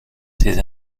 ses